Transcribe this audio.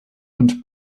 und